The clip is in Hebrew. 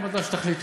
מה שתחליטו.